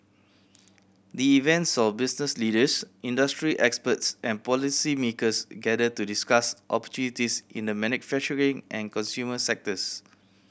the event saw business leaders industry experts and policymakers gather to discuss opportunities in the manufacturing and consumer sectors